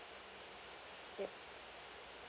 yeap